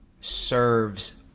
serves